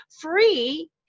free